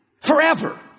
forever